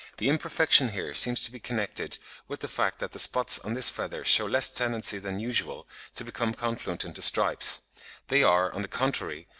the imperfection here seems to be connected with the fact that the spots on this feather shew less tendency than usual to become confluent into stripes they are, on the contrary,